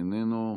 איננו.